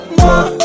more